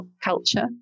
culture